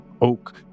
oak